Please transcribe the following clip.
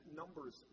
numbers